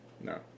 No